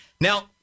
Now